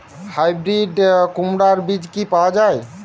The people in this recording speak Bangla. হাইব্রিড কুমড়ার বীজ কি পাওয়া য়ায়?